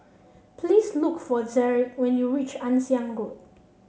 please look for Derik when you reach Ann Siang Road